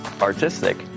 artistic